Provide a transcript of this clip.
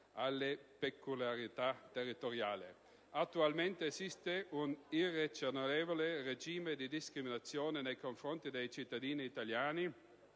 alle peculiarità territoriali. Attualmente, esiste un irragionevole regime di discriminazione nei confronti dei cittadini italiani,